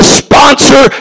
sponsor